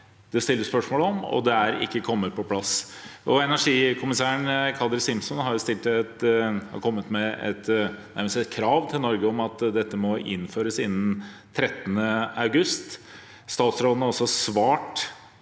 det stilles spørsmål om enda en gang – det er ikke kommet på plass. Energikommissæren, Kadri Simson, har kommet med et krav til Norge om at dette må innføres innen 13. august. Statsråden svarte også innen